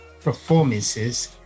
performances